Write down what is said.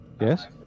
Yes